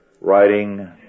writing